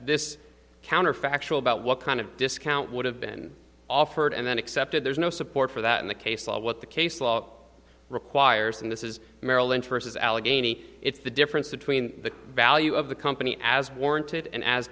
this counterfactual about what kind of discount would have been offered and then accepted there's no support for that in the case of what the case law requires and this is maryland vs allegheny it's the difference between the value of the company as warranted and as